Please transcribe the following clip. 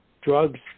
drugs